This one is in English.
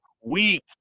weak